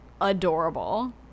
adorable